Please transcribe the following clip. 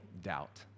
doubt